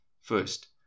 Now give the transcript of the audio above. first